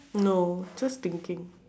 no just thinking